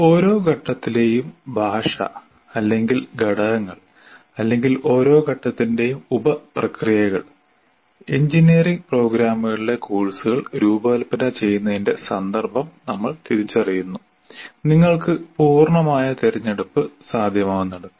ഓരോ ഘട്ടത്തിലെയും ഭാഷ അല്ലെങ്കിൽ ഘടകങ്ങൾ അല്ലെങ്കിൽ ഓരോ ഘട്ടത്തിന്റെയും ഉപ പ്രക്രിയകൾ എഞ്ചിനീയറിംഗ് പ്രോഗ്രാമുകളിലെ കോഴ്സുകൾ രൂപകൽപ്പന ചെയ്യുന്നതിന്റെ സന്ദർഭം നമ്മൾ തിരിച്ചറിയുന്നു നിങ്ങൾക്ക് പൂർണ്ണമായ തിരഞ്ഞെടുപ്പ് സാധ്യമാകുന്നിടത്